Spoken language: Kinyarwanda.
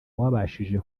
wabashije